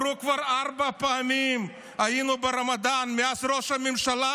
כבר ארבע פעמים היינו ברמדאן מאז ראש הממשלה